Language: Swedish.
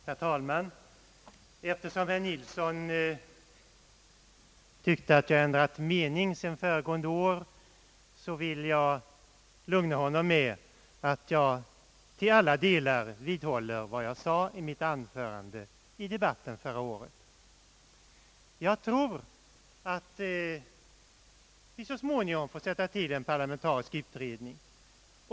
Herr talman! Eftersom herr Nilsson tyckte, att jag hade ändrat mening sedan föregående år, vill jag lugna honom med, att jag till alla delar vidhåller vad jag sade i mitt anförande i debatten förra året. Jag tror att vi så småningom får tillsätta en parlamentarisk utredning.